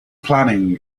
planning